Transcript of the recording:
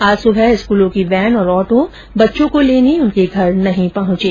आज सुबह स्कूलों की वैन और ऑटों बच्चों को लेने उनके घर नहीं पहुंचे